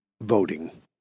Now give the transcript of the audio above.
voting